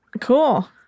Cool